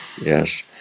Yes